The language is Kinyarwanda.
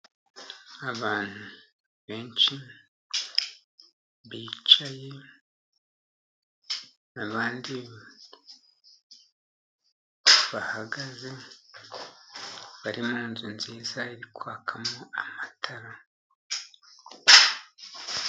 Abantu benshi bicaye abandi bahagaze, bari mu nzu nziza iri kwakamo amatara.